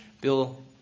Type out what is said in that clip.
Bill